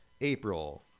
April